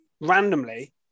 randomly